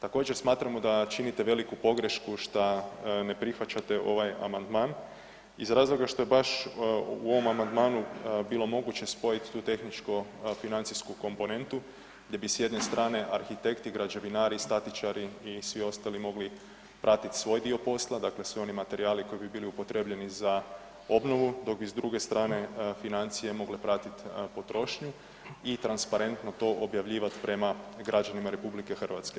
Također smatramo da činite veliku pogrešku šta ne prihvaćate ovaj amandman iz razloga što je baš u ovom amandmanu bilo moguće spojiti tu tehničko financijsku komponentu gdje bi s jedne strane arhitekti, građevinari, statičari i svi ostali mogli pratiti svoj dio posla, dakle svi oni materijali koji bi bili upotrijebljeni za obnovi dok bi s druge strane financije mogle pratiti potrošnju i transparentno to objavljivati prema građanima RH.